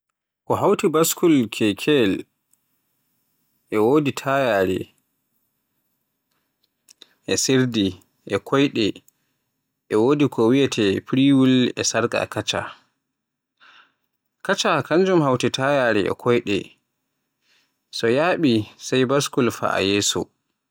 Ko hawti baskul kekeyel e wodi tayaare, e sirdi, e koyɗe. E wodi ko wiyeete firiwul e sarka kaca. Kace kanjum hawti tayaare e koyde so yaaɓi yeso sey baskul fa'a yeso.